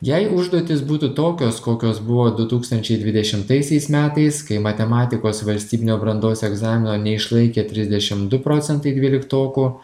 jei užduotys būtų tokios kokios buvo du tūkstančiai dvidešimtaisiais metais kai matematikos valstybinio brandos egzamino neišlaikė trisdešim du procentai dvyliktokų